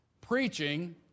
preaching